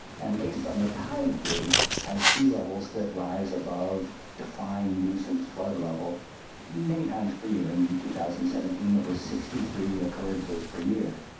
and based on the tide gauge has sea levels that rise above defined nuisance flood level many times per year. in two thousand and seventeen it was sixty three occurrences per year.